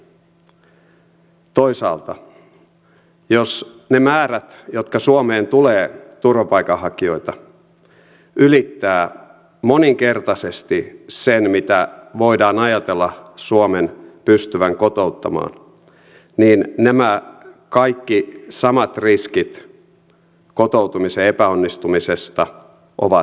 toisaalta jos ne määrät turvapaikanhakijoita jotka suomeen tulevat ylittävät moninkertaisesti sen mitä voidaan ajatella suomen pystyvän kotouttamaan niin nämä kaikki samat riskit kotoutumisen epäonnistumisesta ovat käsillä